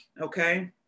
Okay